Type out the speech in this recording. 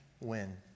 win